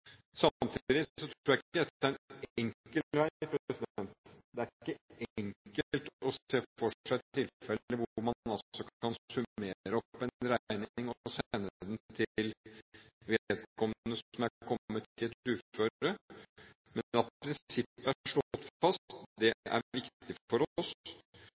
jeg ikke dette er en enkel vei. Det er ikke enkelt å se for seg tilfeller hvor man kan summere opp en regning og sende den til vedkommende som er kommet i et uføre. Men at prinsippet er slått fast, er viktig for oss